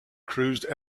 cruised